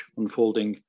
unfolding